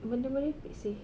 benda merepek seh